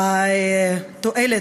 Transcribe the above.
התועלת,